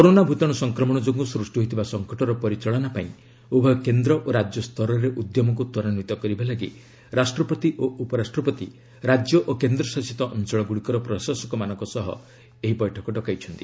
corona ଭୂତାଣୁ ସଂକ୍ରମଣ ଯୋଗୁଁ ସୃଷ୍ଟି ହୋଇଥିବା ସଂକଟର ପରିଚାଳନା ପାଇଁ ଉଭୟ କେନ୍ଦ୍ର ଓ ରାଜ୍ୟ ସ୍ତରରେ ଉଦ୍ୟମକୁ ତ୍ୱରାନ୍ୱିତ କରିବା ଲାଗି ରାଷ୍ଟ୍ରପତି ଓ ଉପରାଷ୍ଟ୍ରପତି ରାଜ୍ୟ ଓ କେନ୍ଦ୍ରଶାସିତ ଅଞ୍ଚଳଗୁଡ଼ିକର ପ୍ରଶାସକମାନଙ୍କ ସହ ଏହି ବୈଠକ ଡକାଇଛନ୍ତି